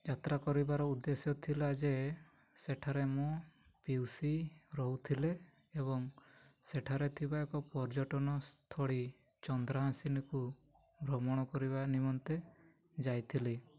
ଯାତ୍ରା କରିବାର ଉଦ୍ଦେଶ୍ୟ ଥିଲା ଯେ ସେଠାରେ ମୁଁ ପିଇସୀ ରହୁଥିଲେ ଏବଂ ସେଠାରେ ଥିବା ଏକ ପର୍ଯ୍ୟଟନ ସ୍ଥଳୀ ଚନ୍ଦ୍ରାସିନୀକୁ ଭ୍ରମଣ କରିବା ନିମନ୍ତେ ଯାଇଥିଲି